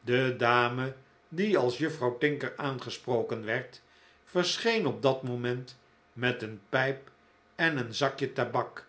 de dame die als juffrouw tinker aangesproken werd verscheen op dat moment met een pijp en een zakje tabak